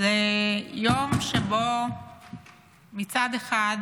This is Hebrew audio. יום שבו מצד אחד,